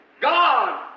God